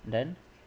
then